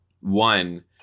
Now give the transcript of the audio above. One